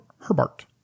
Herbart